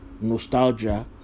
nostalgia